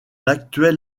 l’actuel